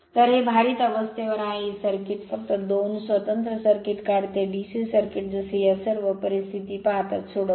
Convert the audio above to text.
तर हे भारित अवस्थेवर आहे ही सर्किट फक्त दोन स्वतंत्र सर्किट काढते DC सर्किट जसे या सर्व परिस्थिती पाहताच सोडवू